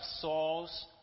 Saul's